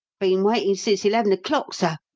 been waitin' since eleven o'clock, sir,